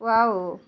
wow